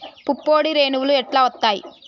పుప్పొడి రేణువులు ఎట్లా వత్తయ్?